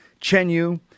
Chenyu